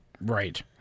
right